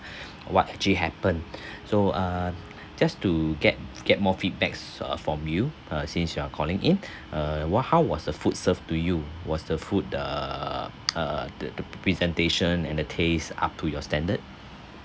what actually happened so uh just to get get more feedbacks uh from you uh since you are calling in uh what how was the food served to you was the food err err the the pre~ presentation and the taste up to your standard